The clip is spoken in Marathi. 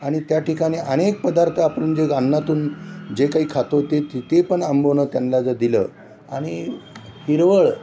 आणि त्या ठिकाणी अनेक पदार्थ आपण जे आन्नातून जे काही खातो ते ते पण आंबवणं त्यांना जर दिलं आणि हिरवळ